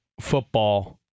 football